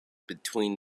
between